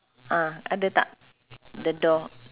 ah ada tak the door